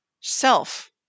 self